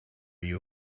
you